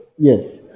Yes